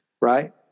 right